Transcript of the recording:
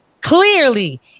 Clearly